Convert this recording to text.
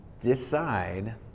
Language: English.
decide